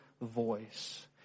voice